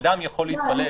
אדם יכול להתפלל,